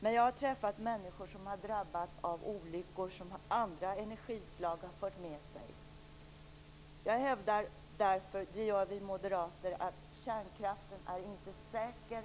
Men jag har träffat människor som har drabbats av olyckor som andra energislag har fört med sig. Vi moderater hävdar därför inte att kärnkraften är säker.